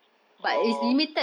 oh